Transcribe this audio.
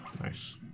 Nice